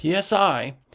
psi